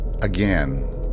again